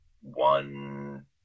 one